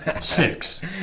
six